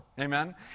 Amen